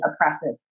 oppressive